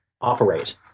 operate